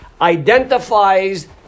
identifies